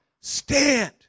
Stand